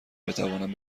بتوانم